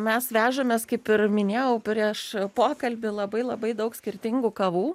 mes vežamės kaip ir minėjau prieš pokalbį labai labai daug skirtingų kavų